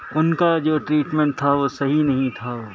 ان کا جو ٹریٹمنٹ تھا وہ صحیح نہیں تھا